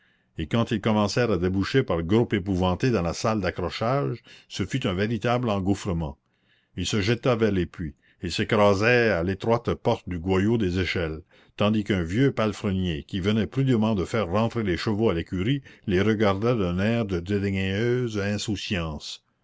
et quand ils commencèrent à déboucher par groupes épouvantés dans la salle d'accrochage ce fut un véritable engouffrement ils se jetaient vers le puits ils s'écrasaient à l'étroite porte du goyot des échelles tandis qu'un vieux palefrenier qui venait prudemment de faire rentrer les chevaux à l'écurie les regardait d'un air de dédaigneuse insouciance